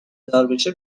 داربشه